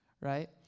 right